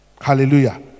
Hallelujah